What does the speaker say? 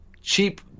cheap